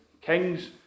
Kings